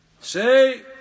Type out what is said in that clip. Say